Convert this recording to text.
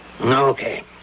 Okay